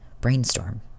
Brainstorm